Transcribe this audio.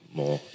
more